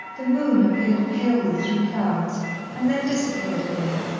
the moon appeared palely through clouds and then disappeared again,